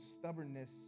stubbornness